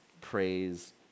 praise